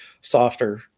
softer